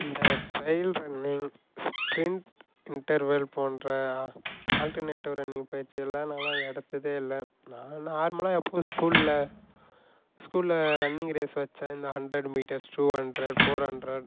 இந்த பைல் running sprint interval போன்ற ஆல்டர்னேட்டிவ் ரன்னிங் பயிற்சியெல்லாம் நானெலாம் எடுத்ததே இல்லை நான் நார்மலாக எப்பவும் ஸ்கூலில் ஸ்கூலில் ரன்னிங் ரேஸ் வைச்சா இந்த hundred metres two hundred four hundred